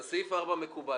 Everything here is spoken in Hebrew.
אז סעיף 4 מקובל.